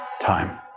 time